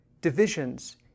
divisions